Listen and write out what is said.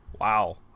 Wow